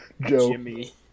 Jimmy